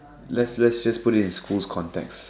let's let's just put it in school's context